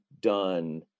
done